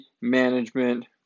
management